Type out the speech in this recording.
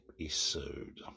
episode